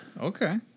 Okay